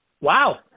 Wow